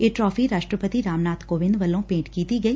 ਇਹ ਟਰਾਫ਼ੀ ਰਾਸਟਰਪਤੀ ਰਾਮਨਾਬ ਕੋਵਿੰਦ ਵੱਲੋਂ ਭੇਂਟ ਕੀਤੀ ਗਈ